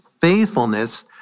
faithfulness